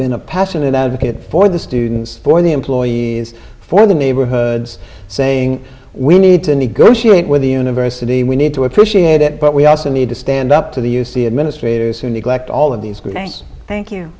been a passionate advocate for the students for the employees for the neighborhoods saying we need to negotiate with the university we need to appreciate it but we also need to stand up to the u c administrators who neglect all of these